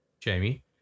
Jamie